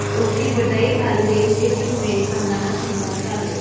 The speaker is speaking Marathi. उक्तीबटाईखाल देयेल शेतीमुये एखांदाना संसार चालस